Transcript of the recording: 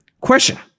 Question